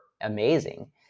amazing